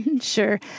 Sure